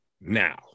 now